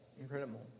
Incredible